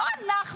לא אנחנו,